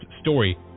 Story